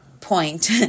point